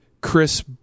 Chris